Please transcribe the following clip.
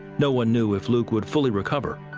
no one knew if luke would fully recover.